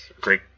great